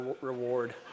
reward